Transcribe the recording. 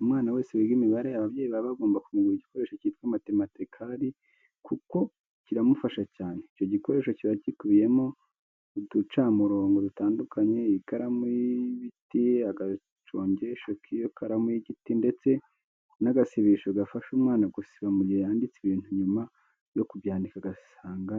Umwana wese wiga imibare, ababyeyi baba bagomba kumugurira igikoresho cyitwa matematikari kuko kiramufasha cyane. Icyo gikoresho kiba gikubiyemo: uducamirongo dutandukanye, ikaramu y'ibiti, agacongesho kiyo karamu y'igiti ndetse nagasibisho gafasha umwana gusiba mugihe yanditse ibintu nyuma yo kubyandika agasanga